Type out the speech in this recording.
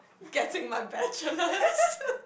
getting my bachelors